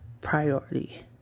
priority